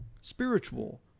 spiritual